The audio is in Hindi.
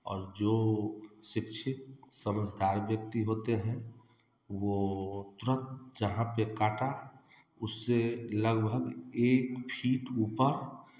और जो शिक्षित समझदार व्यक्ति होते हैं वो तुरंत जहाँ पे काटा उससे लगभग एक फीट ऊपर